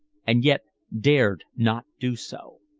and yet dared not do so.